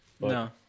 No